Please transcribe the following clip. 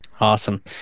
Awesome